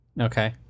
Okay